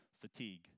Fatigue